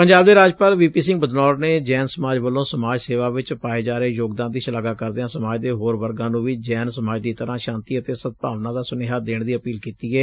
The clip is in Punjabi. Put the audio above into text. ਪੰਜਾਬ ਦੇ ਰਾਜਪਾਲ ਵੀ ਪੀ ਸਿੰਘ ਬਦਨੌਰ ਨੇ ਜੈਨ ਸਮਾਜ ਵੱਲੋ ਸਮਾਜ ਸੇਵਾ ਵਿੱਚ ਪਾਏ ਜਾ ਰਹੇ ਯੋਗਦਾਨ ਦੀ ਸ਼ਲਾਘਾ ਕਰਦਿਆਂ ਸਮਾਜ ਦੇ ਹੋਰ ਵਰਗਾਂ ਨੂੰ ਵੀ ਜੈਨ ਸਮਾਜ ਦੀ ਤਰਾਂ ਸ਼ਾਂਤੀ ਅਤੇ ਸਦਭਾਵਨਾ ਦਾ ਸੁਨੇਹਾ ਦੇਣ ਦੀ ਅਪੀਲ ਕੀਤੀ ਏ